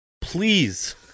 Please